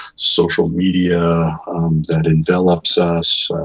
social media that envelops us,